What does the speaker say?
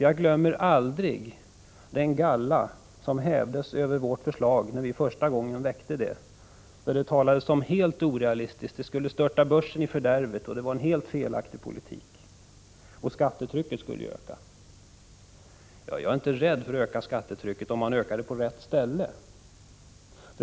Jag glömmer aldrig den galla som östes över vårt förslag när vi väckte det första gången. Det talades om att det var helt orealistiskt. det skulle störta börsen i fördärvet, det innebar en helt felaktig politik. Och skattetrycket skulle ju öka. Jag är inte rädd för att öka skattetrycket om man ökar det på rätt ställe.